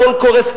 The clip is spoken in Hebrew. הכול קורס.